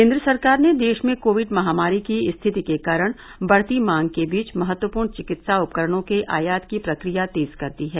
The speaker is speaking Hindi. केन्द्र सरकार ने देश में कोविड महामारी की स्थिति के कारण बढती मांग के बीच महत्वपूर्ण चिकित्सा उपकरणों के आयात की प्रक्रिया तेज कर दी है